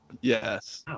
yes